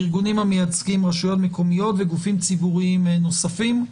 ארגונים המייצגים רשויות מקומיות וגופים ציבוריים נוספים.